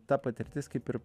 ta patirtis kaip ir